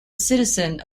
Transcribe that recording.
citizen